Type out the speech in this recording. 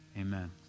Amen